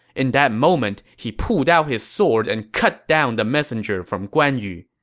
in that moment, he pulled out his sword and cut down the messenger from guan yu.